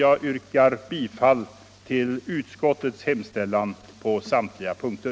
Jag yrkar bifall till utskottets hemställan på samtliga punkter.